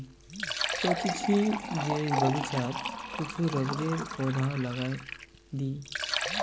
सोच छि जे बगीचात कुछू रबरेर पौधाओ लगइ दी